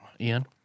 Ian